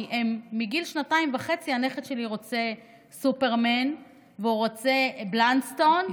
כי מגיל שנתיים וחצי הנכד שלי רוצה סופרמן ורוצה בלנדסטון,